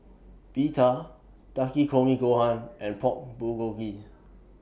Pita Takikomi Gohan and Pork Bulgogi